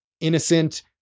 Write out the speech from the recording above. innocent